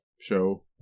show